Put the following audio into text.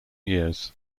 years